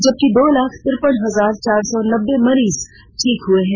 जबकि दो लाख तिरपन हजार चार सौ नब्बे मरीज ठीक हुए हैं